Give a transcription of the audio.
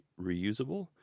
reusable